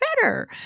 better